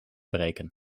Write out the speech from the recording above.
breken